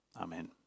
Amen